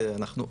ואנחנו,